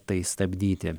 tai stabdyti